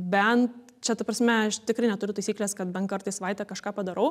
bent čia ta prasme aš tikrai neturiu taisyklės kad bent kartą į savaitę kažką padarau